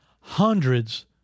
hundreds